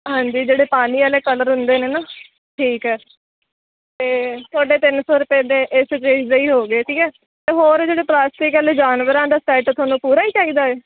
ਹਾਂਜੀ ਜਿਹੜੇ ਪਾਣੀ ਵਾਲੇ ਕਲਰ ਹੁੰਦੇ ਨੇ ਨਾ ਠੀਕ ਹੈ ਅਤੇ ਤੁਹਾਡੇ ਤਿੰਨ ਸੌ ਰੁਪਏ ਦੇ ਇਸ ਚੀਜ਼ ਦੇ ਹੀ ਹੋ ਗਏ ਠੀਕ ਆ ਅਤੇ ਹੋਰ ਜਿਹੜੇ ਪਲਾਸਟਿਕ ਵਾਲੇ ਜਾਨਵਰਾਂ ਦਾ ਸੈੱਟ ਤੁਹਾਨੂੰ ਪੂਰਾ ਹੀ ਚਾਹੀਦਾ ਹੈ